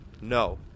No